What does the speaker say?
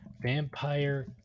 vampire